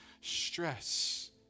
stress